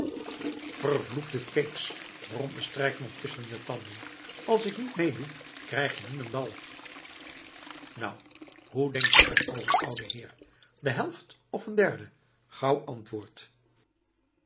vervloekte feeks bromde strijkman tusschen de tanden als ik niet meedoe krijg je niemendal nou hoe denk je er over ouwe heer de helft of een derde gauw antwoord